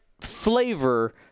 flavor